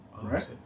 right